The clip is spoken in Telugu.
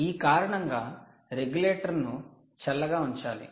ఈ కారణంగా రెగ్యులేటర్ను చల్లగా ఉంచాలి